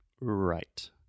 Right